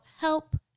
help